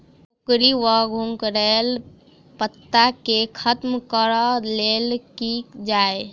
कोकरी वा घुंघरैल पत्ता केँ खत्म कऽर लेल की कैल जाय?